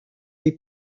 les